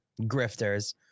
grifters